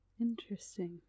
Interesting